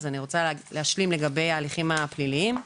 אני רוצה להשלים לגבי ההליכים הפליליים.